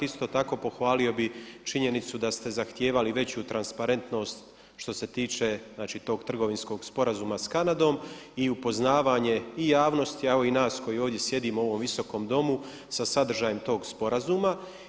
Isto tako pohvalio bih činjenicu da ste zahtijevali veću transparentnost što se tiče znači tog trgovinskog sporazuma sa Kanadom i upoznavanje i javnosti a evo i nas koji ovdje sjedimo u ovom Visokom domu sa sadržajem tog sporazuma.